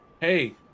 hey